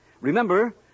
Remember